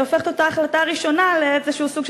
שהופכת את ההחלטה הראשונה לסוג של